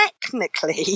technically